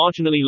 marginally